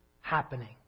happening